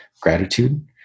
Gratitude